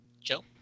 Joe